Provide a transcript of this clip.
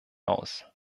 aus